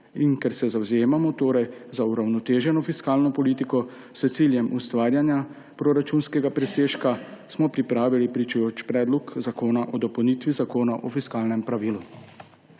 stranke zavzemamo za uravnoteženo fiskalno politiko s ciljem ustvarjanja proračunskega presežka, smo pripravili pričujoči Predlog zakona o dopolnitvi Zakona o fiskalnem pravilu.